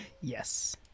yes